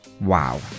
Wow